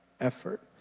effort